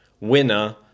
winner